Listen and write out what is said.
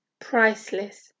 Priceless